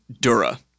Dura